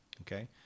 okay